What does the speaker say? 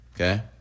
okay